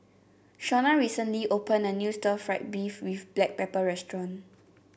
Shonna recently opened a new Stir Fried Beef with Black Pepper restaurant